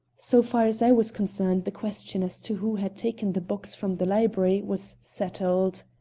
so far as i was concerned the question as to who had taken the box from the library was settled.